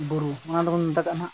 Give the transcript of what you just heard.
ᱵᱩᱨᱩ ᱚᱱᱟ ᱫᱚᱵᱚᱱ ᱢᱮᱛᱟ ᱠᱟᱜ ᱦᱟᱸᱜ